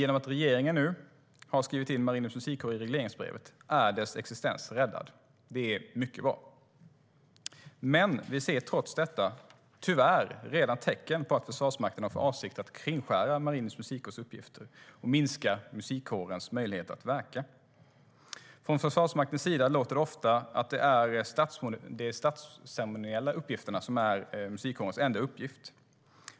Genom att regeringen nu har skrivit in Marinens musikkår i regleringsbrevet är dess existens räddad, och det är mycket bra. Tyvärr ser vi trots detta redan tecken på att Försvarsmakten har för avsikt att kringskära Marinens musikkårs uppgifter och minska dess möjligheter att verka. Från Försvarsmaktens sida låter det ofta som att det är det statsceremoniella som är musikkårens enda uppgift.